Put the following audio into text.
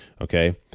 Okay